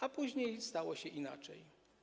A później stało się inaczej.